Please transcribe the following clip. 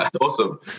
Awesome